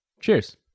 Cheers